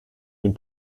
den